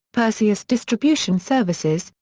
perseus distribution services,